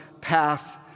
path